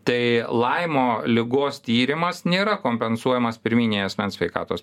tai laimo ligos tyrimas nėra kompensuojamas pirminėj asmens sveikatos